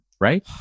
right